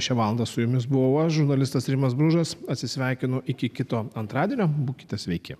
šią valandą su jumis buvau aš žurnalistas rimas bružas atsisveikino iki kito antradienio būkite sveiki